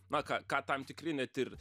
na ką ką tam tikri net ir